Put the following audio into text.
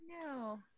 No